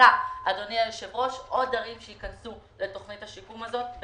ערים שייכנסו לתוכנית השיקום הזאת.